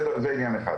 זה עניין אחד.